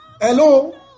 hello